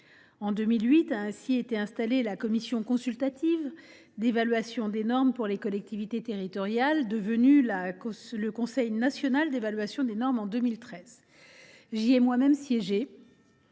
En 2008 a ainsi été installée la Commission consultative d’évaluation des normes pour les collectivités territoriales, devenue en 2013 le Conseil national d’évaluation des normes. J’y ai moi même siégé